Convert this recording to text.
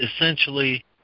Essentially